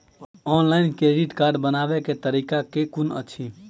Offline credit card बनाबै केँ तरीका केँ कुन अछि?